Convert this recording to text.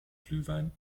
glühwein